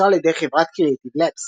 ונוצרה על ידי חברת Creative Labs.